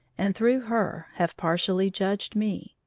and through her have partially judged me,